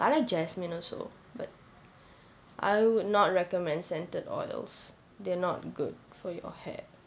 I like jasmine also but I would not recommend scented oils they're not good for your hair